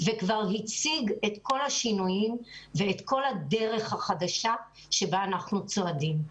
וכבר הציג את כל השינויים ואת כל הדרך החדשה שבה אנחנו צועדים.